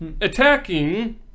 attacking